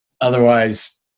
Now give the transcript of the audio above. Otherwise